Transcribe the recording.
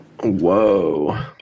Whoa